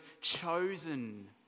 chosen